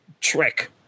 trick